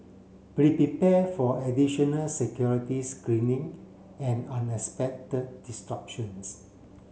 be prepared for additional security screening and unexpected disruptions